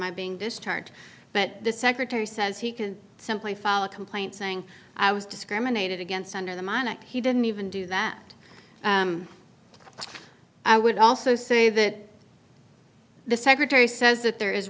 my being discharged but the secretary says he can simply follow a complaint saying i was discriminated against under the moniker he didn't even do that i would also say that the secretary says that there is